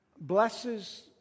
blesses